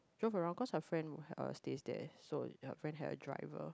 drove around cause our friend uh stays there so her friend have a driver